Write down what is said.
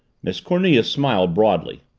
miss cornelia smiled broadly.